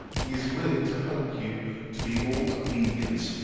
he is willing to hope you to be all obedience,